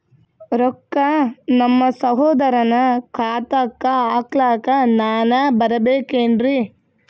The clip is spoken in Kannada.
ರೊಕ್ಕ ನಮ್ಮಸಹೋದರನ ಖಾತಾಕ್ಕ ಹಾಕ್ಲಕ ನಾನಾ ಬರಬೇಕೆನ್ರೀ?